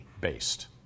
based